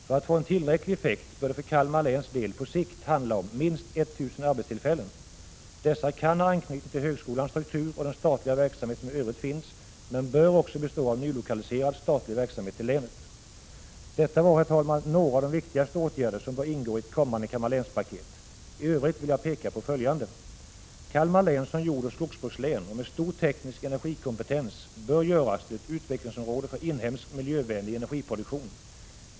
För att få en tillräcklig effekt bör det för Kalmar läns del på sikt handla om minst 1 000 arbetstillfällen. Dessa kan ha anknytning till högskolans struktur och den statliga verksamhet som i övrigt finns, men bör också bestå av till länet nylokaliserad statlig verksamhet. Detta var, herr talman, några av de viktigaste åtgärder som bör ingå i ett kommande Kalmar län-paket. I övrigt vill jag peka på följande: —- Kalmar län som jordoch skogsbrukslän och med sin stora tekniska energikompetens bör göras till ett utvecklingsområde för inhemsk, miljövänlig energiproduktion.